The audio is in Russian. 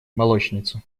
молочница